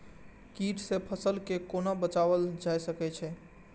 कीट से फसल के कोना बचावल जाय सकैछ?